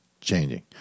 changing